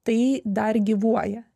tai dar gyvuoja